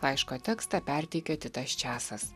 laiško tekstą perteikia titas česas